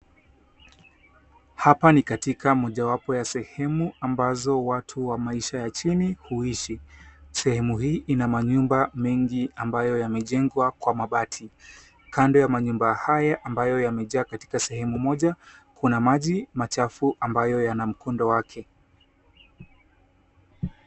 Hapa ni katika mojawapo ya sehemu ambazo watu wa maisha ya chini huishi. Sehemu hii ina manyumba mengi ambayo yamejengwa kwa mabati. Kando ya manyumba haya ambayo yamejaa katika sehemu moja, kuna maji machafu ambayo yana mkondo wake.